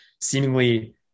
seemingly